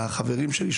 החברים שלי,